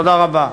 תודה רבה.